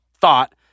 thought